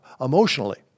emotionally